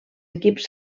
equips